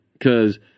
Cause